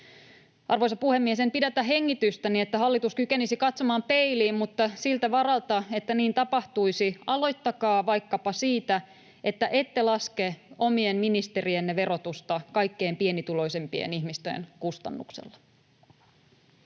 Arvoisa puhemies! En pidätä hengitystäni, että hallitus kykenisi katsomaan peiliin, mutta siltä varalta, että niin tapahtuisi, aloittakaa vaikkapa siitä, että ette laske omien ministerienne verotusta kaikkein pienituloisimpien ihmisten kustannuksella.